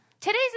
Today's